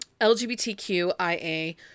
LGBTQIA